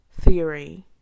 theory